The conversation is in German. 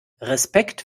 respekt